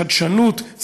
חדשנות,